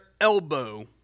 elbow